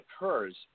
occurs